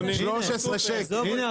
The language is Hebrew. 13:38) הנה,